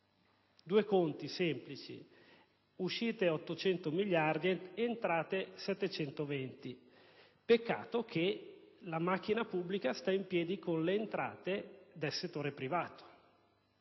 Due conti semplici: uscite 800 miliardi, entrate 720 miliardi. Peccato che la macchina pubblica stia in piedi con le entrate del settore privato;